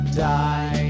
die